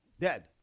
Dead